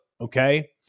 okay